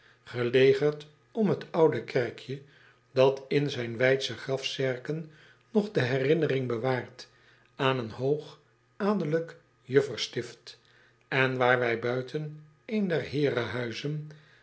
gelegerd om het oude kerkje dat in zijn wijdsche grafzerken nog de herinnering bewaart aan een hoog adellijk jufferenstift en waar wij buiten een der